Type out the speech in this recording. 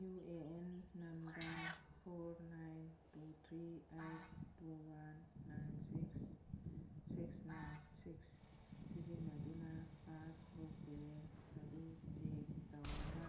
U A N number four nine two three eight two one nine six six nine six ꯁꯤꯖꯤꯟꯅꯗꯨꯅ passbook balance ꯑꯗꯨ check ꯇꯧꯅꯕ